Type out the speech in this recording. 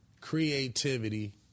creativity